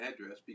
address